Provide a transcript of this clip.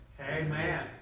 Amen